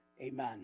Amen